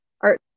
art